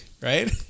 right